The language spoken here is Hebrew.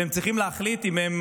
והם צריכים להחליט אם הם